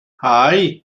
hei